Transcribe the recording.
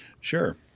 sure